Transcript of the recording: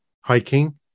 hiking